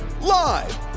live